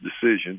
decision